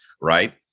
right